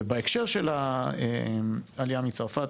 בהקשר של העלייה מצרפת,